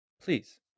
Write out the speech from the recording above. Please